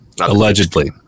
Allegedly